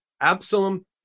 Absalom